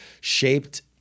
shaped